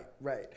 Right